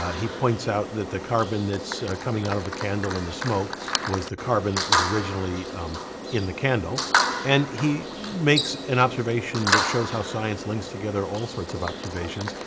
he points out that the carbon that's coming out of the candle and the smoke was the carbon that was originally in the candle and he makes an observation that shows how science links together all sorts of observations.